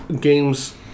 games